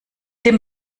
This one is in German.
dem